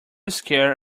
scare